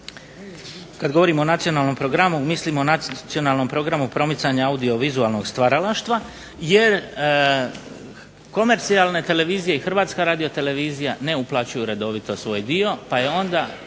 Kada govorimo o nacionalnom programu mislimo nacionalnom programu promicanja audiovizualnog stvaralaštva, jer komercijalne televizije i Hrvatska radiotelevizija ne uplaćuju redovito svoj dio pa je onda